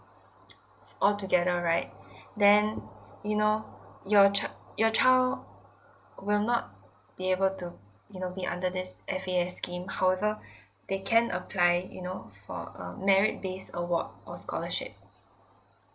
altogether right then you know your child your child will not be able to you know be under this F_A_S scheme however they can apply you know for um merit based award or scholarship